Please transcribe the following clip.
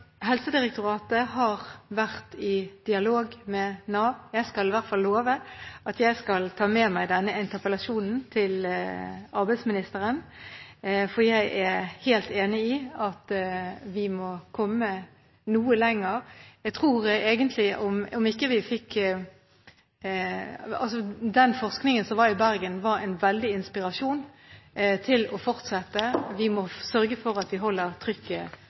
Helsedirektoratet har vært i dialog med Nav. Jeg skal i hvert fall love at jeg skal ta med meg denne interpellasjonen til arbeidsministeren, for jeg er helt enig i at vi må komme noe lenger. Den forskningen som var i Bergen, var en veldig stor inspirasjon til å fortsette. Vi må sørge for at vi holder trykket